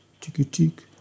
ticky-tick